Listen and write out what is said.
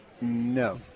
No